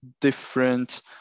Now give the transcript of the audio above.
different